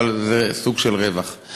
אבל זה סוג של רווח.